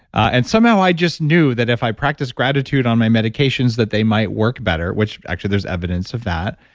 and somehow i just knew that if i practiced gratitude on my medications, that they might work better. which actually there's evidence of that.